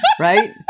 Right